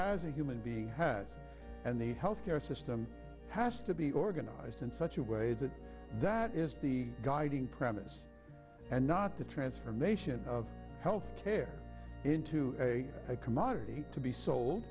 has a human being has and the health care system has to be organized in such a way that that is the guiding premise and not the transformation of health care into a commodity to be sold